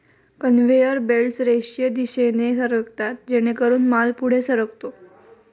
conveyor belts रेषीय दिशेने सरकतात जेणेकरून माल पुढे सरकतो